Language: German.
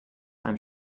einem